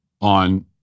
on